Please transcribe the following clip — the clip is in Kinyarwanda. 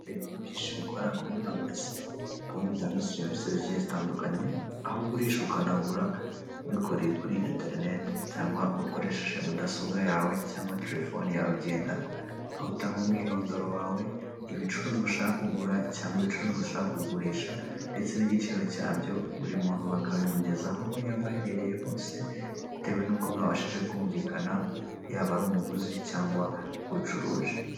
Ni saro nziza cyane iteretsemo intebe z'amadiva z'amabara y'ubururu ameza ateretse ku itapi, inyuma yayo hari saramanje ku ruhande hari amarido akinguye.